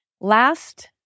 Last